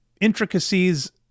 intricacies